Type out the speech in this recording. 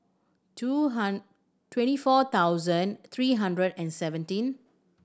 two twenty four thousand three hundred and seventeen